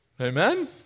Amen